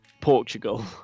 Portugal